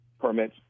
permits